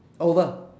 over